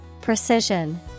Precision